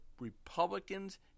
Republicans